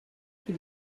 qui